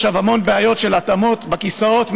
המון בעיות של התאמות בכיסאות,